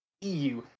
EU